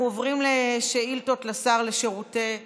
אנחנו עוברים לשאילתות לשר לשירותי דת.